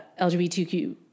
LGBTQ